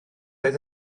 oedd